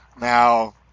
Now